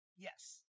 Yes